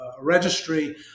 registry